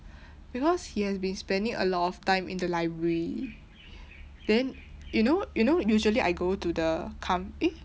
because he has been spending a lot of time in the library then you know you know usually I go to the eh